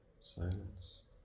silence